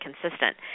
consistent